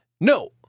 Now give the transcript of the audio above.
No